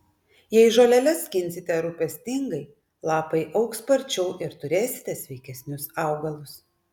jei žoleles skinsite rūpestingai lapai augs sparčiau ir turėsite sveikesnius augalus